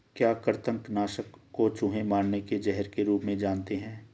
क्या कृतंक नाशक को चूहे मारने के जहर के रूप में जानते हैं?